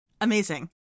Amazing